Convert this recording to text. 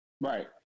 Right